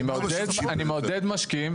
אני מעודד משקיעים.